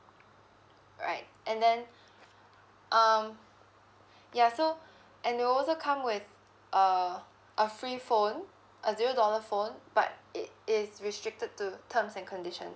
alright and then um ya so and they also come with uh a free phone uh zero dollar phone but it is restricted to terms and conditions